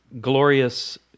glorious